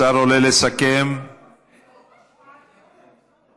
השר עולה לסכם, בבקשה.